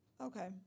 Okay